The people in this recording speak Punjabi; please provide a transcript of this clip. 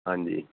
ਹਾਂਜੀ